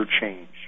change